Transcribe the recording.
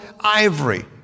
ivory